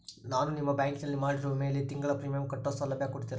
ನಾನು ನಿಮ್ಮ ಬ್ಯಾಂಕಿನಲ್ಲಿ ಮಾಡಿರೋ ವಿಮೆಯಲ್ಲಿ ತಿಂಗಳ ಪ್ರೇಮಿಯಂ ಕಟ್ಟೋ ಸೌಲಭ್ಯ ಕೊಡ್ತೇರಾ?